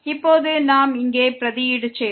இப்போது நாம் இங்கே பிரதியீடு செய்வோம்